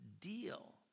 deal